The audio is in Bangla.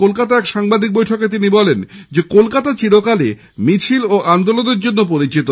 কলকাতায় গতকাল এক সাংবাদিক বৈঠকে তিনি বলেন কলকাতা চিরকালই মিছিল আন্দোলনের জন্য পরিচিত